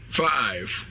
five